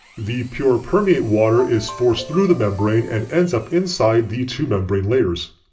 the purer permeate water is forced through the membrane and ends up inside the two membrane layers.